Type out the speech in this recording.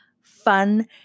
fun